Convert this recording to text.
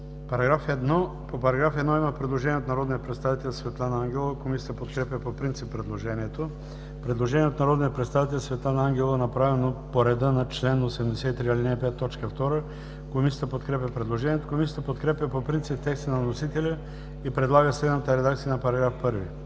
АДЕМОВ: По § 1 има предложение от народния представител Светлана Ангелова. Комисията подкрепя по принцип предложението. Предложение от народния представител Светлана Ангелова, направено по реда на чл. 83, ал. 5, т. 2. Комисията подкрепя предложението. Комисията подкрепя по принцип текста на вносителя и предлага следната редакция на § 1: „§ 1.